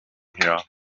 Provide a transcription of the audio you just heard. her